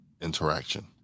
interaction